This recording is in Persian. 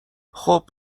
خوب